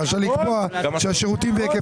אני רואה על העיניים שלך את השנאה לנתניהו.